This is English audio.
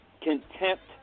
contempt